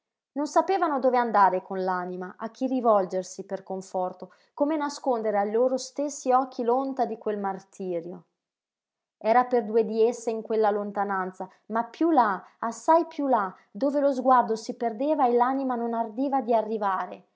non sapevano dove andare con l'anima a chi rivolgersi per conforto come nascondere ai loro stessi occhi l'onta di quel martirio era per due di esse in quella lontananza ma piú là assai piú là dove lo sguardo si perdeva e l'anima non ardiva di arrivare